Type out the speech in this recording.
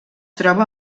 troba